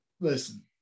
listen